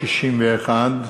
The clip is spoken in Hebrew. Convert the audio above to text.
61,